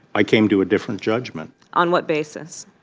i came to a different judgment on what basis?